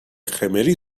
خمری